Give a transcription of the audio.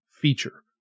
feature